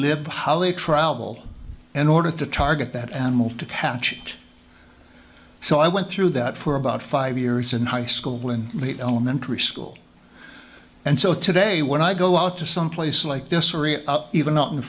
live how they travel in order to target that animal to patch so i went through that for about five years in high school when the elementary school and so today when i go out to someplace like this or even out in